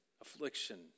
affliction